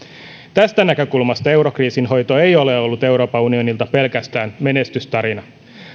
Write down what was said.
tästä näkökulmasta eurokriisin hoito ei ole ollut euroopan unionilta pelkästään menestystarina